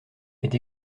est